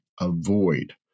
avoid